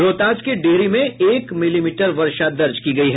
रोहतास के डिहरी में एक मिलीमीटर वर्षा दर्ज की गयी